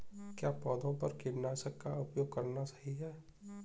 क्या पौधों पर कीटनाशक का उपयोग करना सही है?